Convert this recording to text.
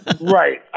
Right